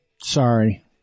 sorry